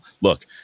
look